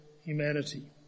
humanity